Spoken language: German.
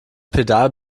pedal